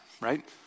right